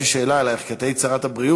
יש לי שאלה אלייך כי את היית שרת הבריאות.